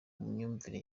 myumvire